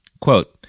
Quote